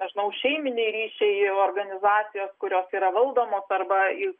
nežinau šeiminiai ryšiai organizacijos kurios yra valdomos arba į